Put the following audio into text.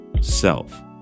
self